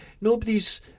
Nobody's